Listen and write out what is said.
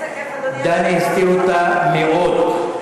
דני הסתיר אותה מאוד.